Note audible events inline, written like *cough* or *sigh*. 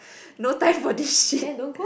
*breath* no time for this shit